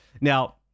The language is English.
Now